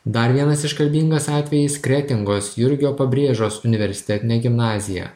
dar vienas iškalbingas atvejis kretingos jurgio pabrėžos universitetinė gimnazija